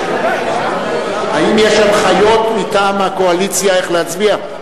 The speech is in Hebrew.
האם יש הנחיות מטעם הקואליציה איך להצביע?